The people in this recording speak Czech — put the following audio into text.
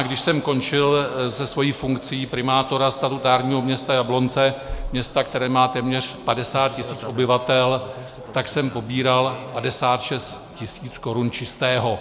Když jsem končil se svou funkcí primátora statutárního města Jablonce, města, které má téměř 50 tisíc obyvatel, tak jsem pobíral 56 tisíc korun čistého.